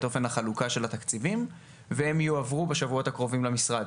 אופן החלוקה של התקציבים והם יועברו בשבועות הקרובים למשרד.